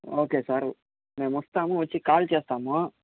okay sir మేము వస్తాము వచ్చి కాల్ చేస్తాము